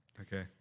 Okay